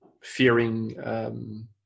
fearing